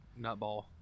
nutball